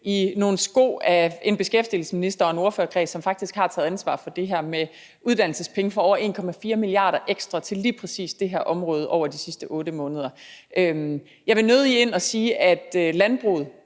i nogle sko af en beskæftigelsesminister og en ordførerkreds, som faktisk har taget ansvar for det her med uddannelsespenge for over 1,4 mia. kr. ekstra til lige præcis det her område over de sidste 8 måneder. Jeg vil nødig ind og sige, at landbruget